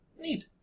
Neat